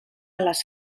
les